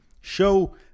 Show